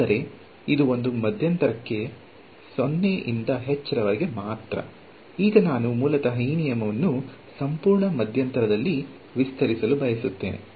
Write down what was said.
ಆದರೆ ಇದು ಒಂದು ಮಧ್ಯಂತರಕ್ಕೆ 0 ರಿಂದ h ವರೆಗೆ ಮಾತ್ರ ಈಗ ನಾನು ಮೂಲತಃ ಈ ನಿಯಮವನ್ನು ಸಂಪೂರ್ಣ ಮಧ್ಯಂತರದಲ್ಲಿ ವಿಸ್ತರಿಸಲು ಬಯಸುತ್ತೇನೆ